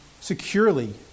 securely